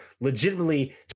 legitimately